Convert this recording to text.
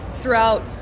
throughout